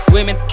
Women